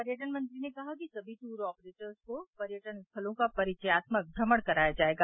पर्यटन मंत्री ने कहा कि सभी ट्र ऑपरेटर्स को पर्यटन स्थलों का परिचयात्मक भ्रमण कराया जायेगा